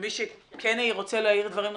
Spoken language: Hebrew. ומי שכן רוצה להעיר דברים נוספים,